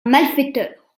malfaiteur